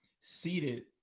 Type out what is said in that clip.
seated